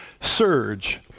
Surge